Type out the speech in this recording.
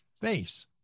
face